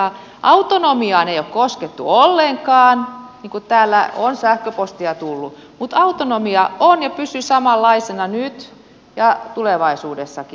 autonomiaan ei ole koskettu ollenkaan niin kuin täällä on sähköpostia tullut mutta autonomia on ja pysyy samanlaisena nyt ja tulevaisuudessakin